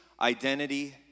identity